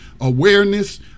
awareness